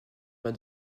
pas